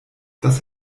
das